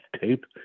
tape